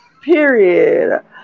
period